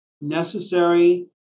necessary